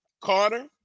Carter